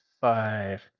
five